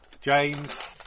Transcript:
James